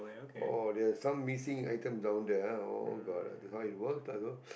oh there is some missing items down there ah oh god that's how it works lah so